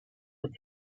with